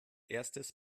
erstes